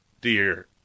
dear